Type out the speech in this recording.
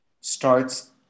starts